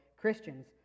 Christians